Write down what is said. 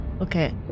Okay